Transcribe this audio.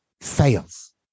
fails